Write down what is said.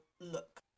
look